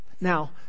Now